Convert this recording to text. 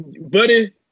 buddy